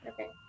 Okay